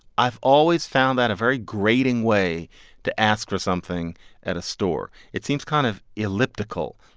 i've always found that a very grating way to ask for something at a store. it seems kind of elliptical,